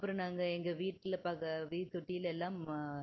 அப்புறம் நாங்கள் எங்கள் வீட்டில் தொட்டிலலாம்